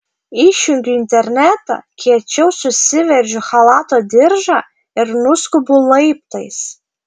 išjungiu internetą kiečiau susiveržiu chalato diržą ir nuskubu laiptais